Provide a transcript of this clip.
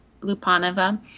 Lupanova